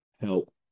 help